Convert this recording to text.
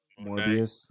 Morbius